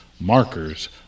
markers